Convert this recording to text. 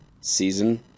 season